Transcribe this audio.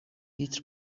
لیتر